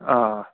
آ